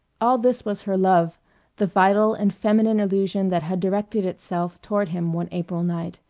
all this was her love the vital and feminine illusion that had directed itself toward him one april night,